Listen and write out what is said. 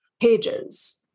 pages